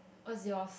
what's yours